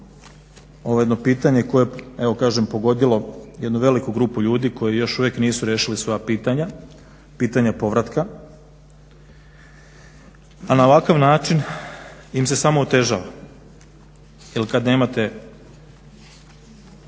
ovo jedno pitanje koje je evo kažem pogodilo jednu veliku grupu ljudi koji još uvijek nisu riješili svoja pitanja, pitanja povratka a na ovakav način im se samo otežava. Jer kad nemate